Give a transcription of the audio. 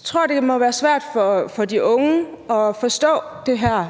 jeg tror, det må være svært for de unge at forstå det her